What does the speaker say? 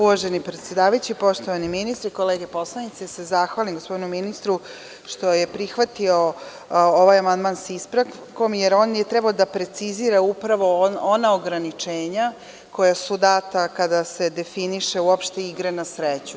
Uvaženi predsedavajući, poštovani ministre, kolege poslanici, htela bih da se zahvalim gospodinu ministru što je prihvatio ovaj amandman sa ispravkom, jer on je trebao da precizira upravo ona ograničenja koja su data kada se definišu igre na sreću.